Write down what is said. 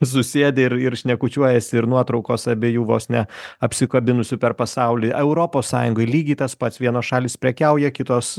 susėdę ir ir šnekučiuojasi ir nuotraukos abiejų vos ne apsikabinusių per pasaulį europos sąjungoj lygiai tas pats vienos šalys prekiauja kitos